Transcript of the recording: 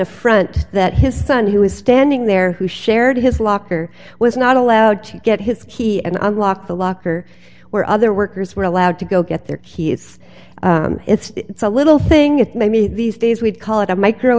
affront that his son who was standing there who shared his locker was not allowed to get his key and unlocked the locker where other workers were allowed to go get their key it's it's it's a little thing it made me these days we'd call it a micro